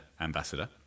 ambassador